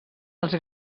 els